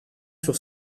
sur